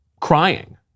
crying